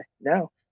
No